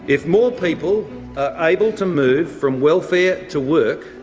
if more people are able to move from welfare to work,